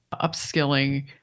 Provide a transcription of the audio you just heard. upskilling